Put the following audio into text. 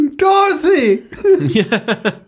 Dorothy